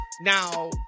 now